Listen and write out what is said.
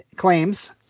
claims